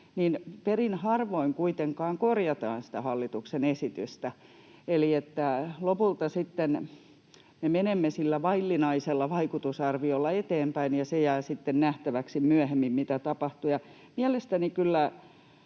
niin perin harvoin kuitenkaan korjataan sitä hallituksen esitystä. Eli lopulta me menemme sillä vaillinaisella vaikutusarviolla eteenpäin, ja jää sitten nähtäväksi myöhemmin, mitä tapahtuu.